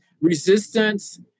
resistance